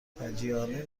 فجیعانه